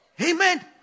Amen